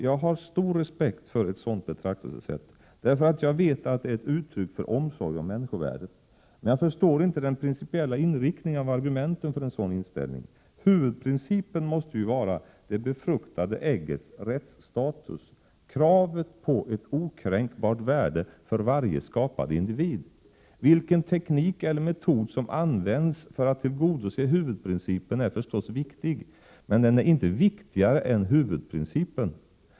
Jag har stor respekt för ett sådant betraktelsesätt, eftersom jag vet att det är ett uttryck för omsorg om människovärdet. Men jag förstår inte den principiella inriktningen av argumenten för en sådan inställning. Huvudprincipen måste ju vara det befruktade äggets rättsstatus — kravet på ett okränkbart värde för varje skapad individ. Vilken teknik eller metod som används för att tillgodose huvudprincipen är förstås viktig. Men den är inte viktigare än huvudprincipen.